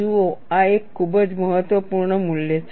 જુઓ આ એક ખૂબ જ મહત્વપૂર્ણ મૂલ્ય છે